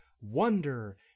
wonder